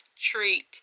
treat